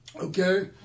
okay